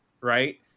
right